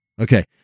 Okay